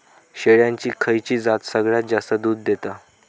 शेळ्यांची खयची जात सगळ्यात जास्त दूध देता?